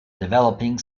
developing